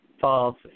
false